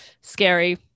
scary